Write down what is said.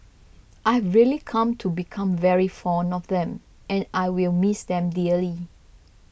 I've really come to become very fond of them and I will miss them dearly